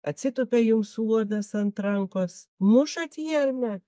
atsitupia jums uodas ant rankos mušat jį ar ne